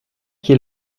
qui